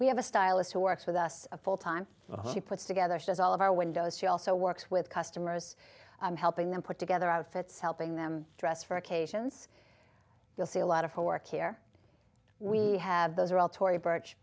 a full time she puts together shows all of our windows she also works with customers helping them put together outfits helping them dress for occasions you'll see a lot of her work here we have those are all tory burch